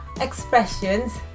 expressions